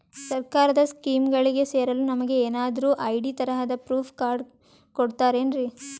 ಸರ್ಕಾರದ ಸ್ಕೀಮ್ಗಳಿಗೆ ಸೇರಲು ನಮಗೆ ಏನಾದ್ರು ಐ.ಡಿ ತರಹದ ಪ್ರೂಫ್ ಕಾರ್ಡ್ ಕೊಡುತ್ತಾರೆನ್ರಿ?